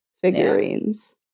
figurines